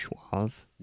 Schwa's